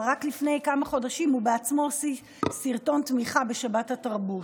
אבל רק לפני כמה חודשים הוא בעצמו הוציא סרטון תמיכה בשבת התרבות.